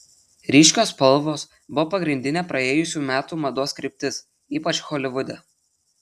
ryškios spalvos buvo pagrindinė praėjusių metų mados kryptis ypač holivude